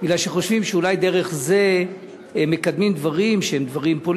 מפני שחושבים שאולי דרך זה מקדמים דברים פוליטיים.